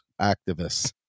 activists